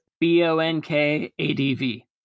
b-o-n-k-a-d-v